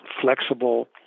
flexible